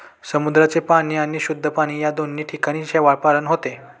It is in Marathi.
समुद्राचे पाणी आणि शुद्ध पाणी या दोन्ही ठिकाणी शेवाळपालन होते